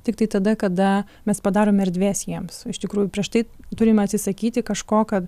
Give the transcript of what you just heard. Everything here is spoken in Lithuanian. tiktai tada kada mes padarome erdvės jiems iš tikrųjų prieš tai turime atsisakyti kažko kad